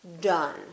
done